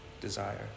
desire